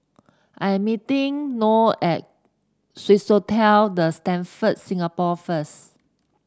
I am meeting Noe at Swissotel The Stamford Singapore first